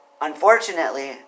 Unfortunately